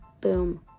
boom